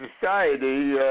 society